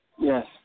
Yes